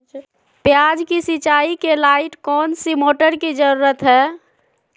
प्याज की सिंचाई के लाइट कौन सी मोटर की जरूरत है?